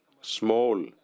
small